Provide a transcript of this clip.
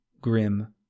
grim